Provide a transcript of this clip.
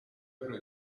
però